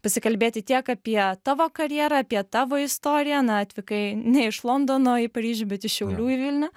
pasikalbėti tiek apie tavo karjerą apie tavo istoriją na atvykai ne iš londono į paryžių bet iš šiaulių į vilnių